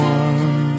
one